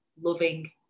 loving